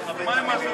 ------ מה הוא מלכלך?